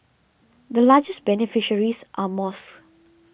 the largest beneficiaries are mosques